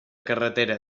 carretera